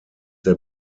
der